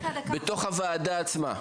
בתוך הוועדה עצמה.